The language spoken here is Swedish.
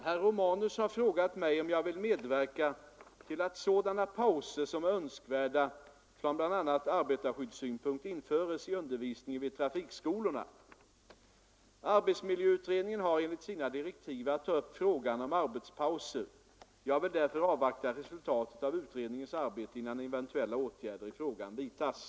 Herr talman! Herr Romanus har frågat mig om jag vill att sådana pauser som är önskvärda från bl.a. arbetarskyddssynpunkt införes i undervisningen vid trafikskolorna. Arbetsmiljöutredningen har enligt sina direktiv att ta upp frågan om arbetspauser. Jag vill därför avvakta resultatet av utredningens arbete innan eventuella åtgärder i frågan vidtas.